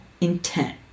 intent